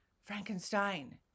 frankenstein